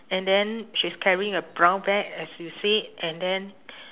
and then she is carrying a brown bag as you said and then